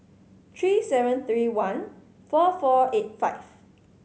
three seven three one four four eight five